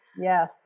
Yes